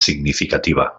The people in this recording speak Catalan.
significativa